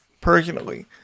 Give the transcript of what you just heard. personally